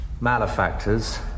Malefactors